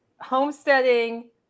homesteading